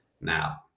now